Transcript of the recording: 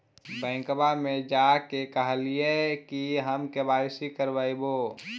बैंकवा मे जा के कहलिऐ कि हम के.वाई.सी करईवो?